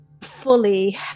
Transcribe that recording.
fully